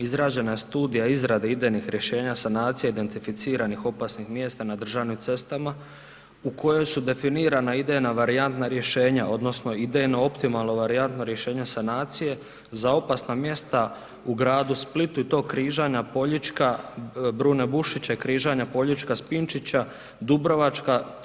Izrađena je studija izrade idejnih rješenja sanacija identificiranih opasnih mjesta na državnim cestama u kojoj su definirana idejna varijantna rješenja, odnosno idejno optimalno varijantna rješenja sanacije za opasna mjesta u gradu Splitu i to križanja Boljička, Brune Bušiće i križanja Poljiška – Spinčića, Dubrovačka.